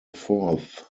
fourth